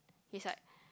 he's like